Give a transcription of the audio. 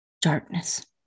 darkness